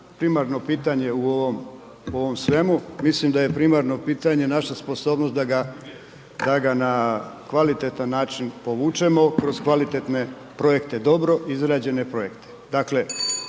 primarno pitanje u ovom svemu, mislim da je primarno pitanje naša sposobnost da ga na kvalitetan način povučemo kroz kvalitetne projekte, dobro izrađene projekte.